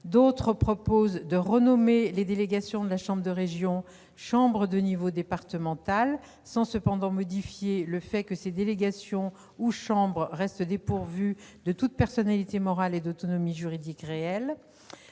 D'autres proposent de renommer les délégations de la chambre de région « chambres de niveau départemental », sans cependant modifier le fait que ces délégations ou chambres restent dépourvues de toute personnalité morale et d'autonomie juridique réelle.